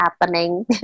happening